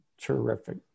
Terrific